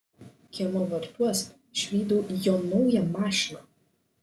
kiemo vartuos išvydau jo naują mašiną